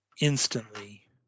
instantly